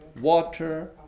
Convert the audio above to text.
water